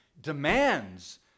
demands